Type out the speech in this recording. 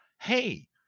hey